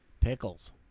Pickles